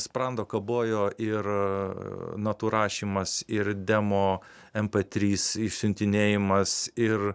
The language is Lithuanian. sprando kabojo ir natų rašymas ir demo em p trys išsiuntinėjimas ir